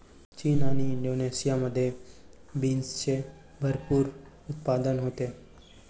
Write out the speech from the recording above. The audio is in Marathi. चीन आणि इंडोनेशियामध्ये बीन्सचे भरपूर उत्पादन होते